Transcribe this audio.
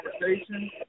conversation